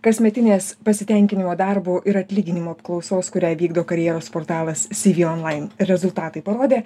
kasmetinės pasitenkinimo darbu ir atlyginimu apklausos kurią vykdo karjeros portalas cv online rezultatai parodė